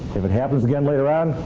if it happens again later on,